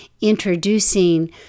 introducing